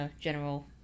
general